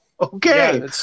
Okay